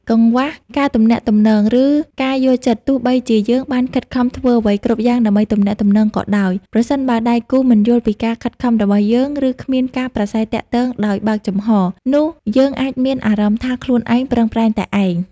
កង្វះការទំនាក់ទំនង ឬការយល់ចិត្តទោះបីជាយើងបានខិតខំធ្វើអ្វីគ្រប់យ៉ាងសម្រាប់ទំនាក់ទំនងក៏ដោយ ប្រសិនបើដៃគូមិនយល់ពីការខិតខំរបស់យើង ឬគ្មានការប្រាស្រ័យទាក់ទងដោយបើកចំហ នោះយើងអាចមានអារម្មណ៍ថាខ្លួនឯងប្រឹងប្រែងតែឯង។